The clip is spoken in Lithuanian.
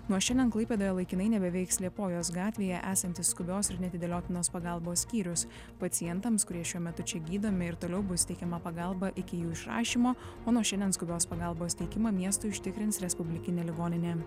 nuo šiandien klaipėdoje laikinai nebeveiks liepojos gatvėje esantis skubios ir neatidėliotinos pagalbos skyrius pacientams kurie šiuo metu čia gydomi ir toliau bus teikiama pagalba iki jų išrašymo o nuo šiandien skubios pagalbos teikimą miestui užtikrins respublikinė ligoninė